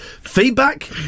feedback